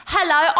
Hello